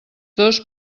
dos